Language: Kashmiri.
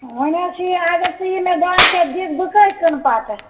وۅنۍ حظ چھِ یہِ اَگر ژٕ مےٚ یہِ دَہ شَتھ دِکھ بہٕ کٍتِس کٕنہٕ پَتہٕ